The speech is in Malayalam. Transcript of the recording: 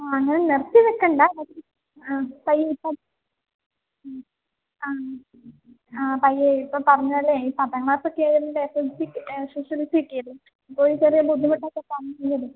ആ അങ്ങനെ നിര്ത്തി വെക്കേണ്ട ആ പയ്യെ ഇപ്പം ഉം ആഹ് ആഹ് പയ്യെ ഇപ്പം പറഞ്ഞപോലെ ഈ പത്താം ക്ലാസ്സ് ഒക്കെ ആയത്കൊണ്ട് ഇപ്പം S L C S S L C ഒക്കെ അല്ലേ അപ്പോൾ